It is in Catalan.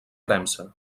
premsa